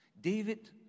David